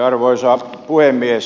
arvoisa puhemies